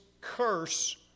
curse